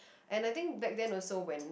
and I think back then also when